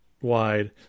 wide